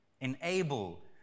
enable